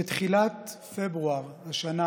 בתחילת פברואר השנה